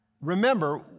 remember